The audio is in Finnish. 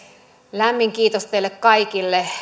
lämmin kiitos teille kaikille